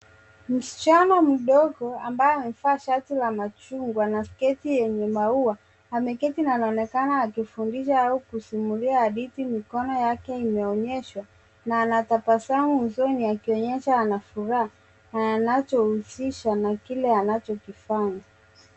Msichana mdogo ambaye amevaa shati la machungwa na sketi yenye maua ameketi na anaonekana akifundisha au kusimulia hadithi. Mikono yake imeonyeshwa na ana tabasamu usoni akionyesha ana furaha anapohusika na kile anachokifanya.